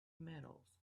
metals